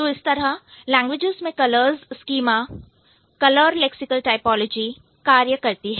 तो इस तरह लैंग्वेजेज़ में colours schema colour lexical typology कार्य करती है